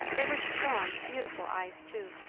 they were strong, beautiful eyes too,